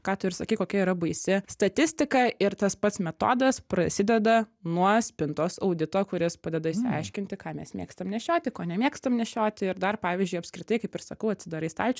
ką tu ir sakei kokia yra baisi statistika ir tas pats metodas prasideda nuo spintos audito kuris padeda išsiaiškinti ką mes mėgstam nešioti ko nemėgstam nešiot ir dar pavyzdžiui apskritai kaip ir sakau atsidarai skaičių